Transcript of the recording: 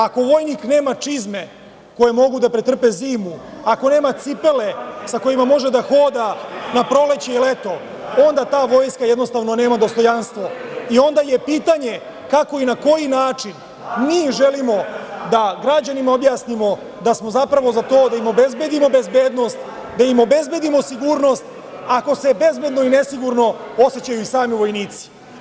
Ako vojnik nema čizme koje mogu da pretrpe zimu, ako nema cipele sa kojima može da hoda na proleće i leto, onda ta vojska jednostavno nema dostojanstvo i onda je pitanje kako i na koji način mi želimo da građanima objasnimo da smo zapravo za to da im obezbedimo bezbednost, da im obezbedimo sigurnost ako se bezbedno i nesigurno osećaju sami vojnici.